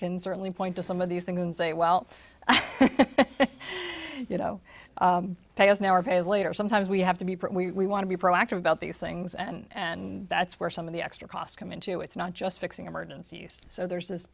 can certainly point to some of these things and say well you know pay us now or pay it later sometimes we have to be we want to be proactive about these things and that's where some of the extra costs come into it not just fixing emergencies so there's this